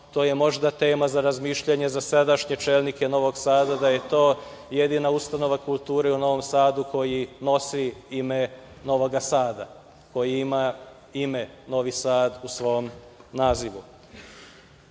to je možda tema za razmišljanje za sadašnje čelnike Novog Sada, da je to jedina ustanova kulture u Novom Sadu koji nosi ime Novoga Sada, koja ima ime Novi Sad u svom nazivu.Za